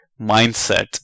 mindset